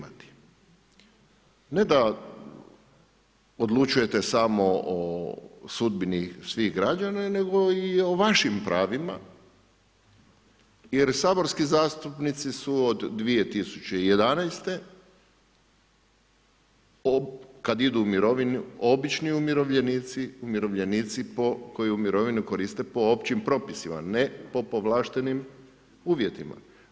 Ne da odlučujete samo o sudbini svih građana nego i o vašim pravima jer saborski zastupnici su od 2011., kad idu u mirovinu obični umirovljenici, umirovljenici koji mirovinu koriste po općim propisima, ne po povlaštenim uvjetima.